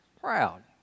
proud